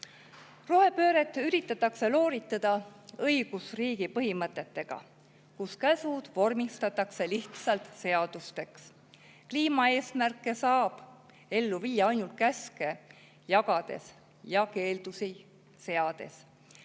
Rohepööret üritatakse looritada õigusriigi põhimõtetega ja käsud vormistatakse lihtsalt seadusteks. Kliimaeesmärke saab ellu viia ainult käske jagades ja keeldusid seades.